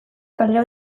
kalera